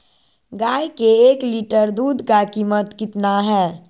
गाय के एक लीटर दूध का कीमत कितना है?